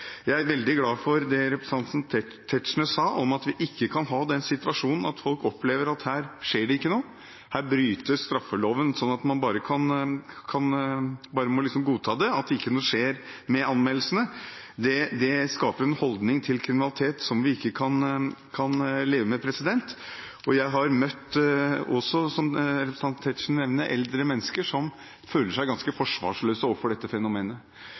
Jeg er veldig glad for det representanten Tetzschner sa om at vi ikke kan ha den situasjonen at folk opplever at her skjer det ikke noe, her brytes straffeloven, og man må bare godta at ikke noe skjer med anmeldelsene. Det skaper en holdning til kriminalitet som vi ikke kan leve med. Jeg har også møtt eldre mennesker – representanten Tetzschner nevner også det – som føler seg ganske forsvarsløse overfor dette fenomenet.